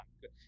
good